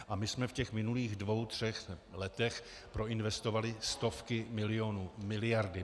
A my jsme v minulých dvou třech letech proinvestovali stovky milionů, miliardy.